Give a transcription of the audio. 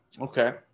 okay